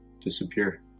disappear